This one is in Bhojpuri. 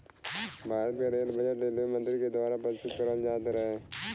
भारत क रेल बजट रेलवे मंत्री के दवारा प्रस्तुत करल जात रहे